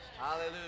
Hallelujah